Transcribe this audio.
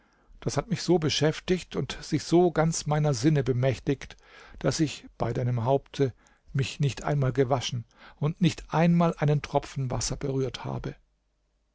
das hat mich so beschäftigt und sich so ganz meiner sinne bemächtigt daß ich bei deinem haupte mich nicht einmal gewaschen und nicht einmal einen tropfen wasser berührt habe